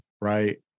right